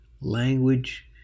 language